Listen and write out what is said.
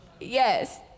yes